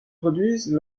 produisent